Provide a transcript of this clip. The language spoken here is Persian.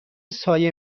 سایه